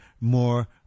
more